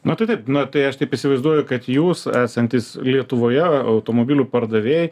na tai taip na tai aš taip įsivaizduoju kad jūs esantis lietuvoje automobilių pardavėjai